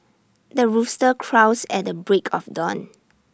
the rooster crows at the break of dawn